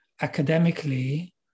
academically